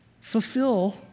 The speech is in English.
fulfill